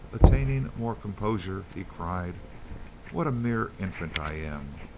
attaining more composure, he cried what a mere infant i am!